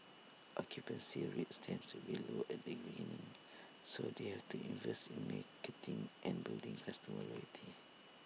occupancy rates tend to be low at the beginning so they have to invest in and building customer loyalty